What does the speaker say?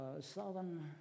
Southern